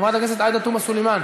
חברת הכנסת עאידה תומא סלימאן,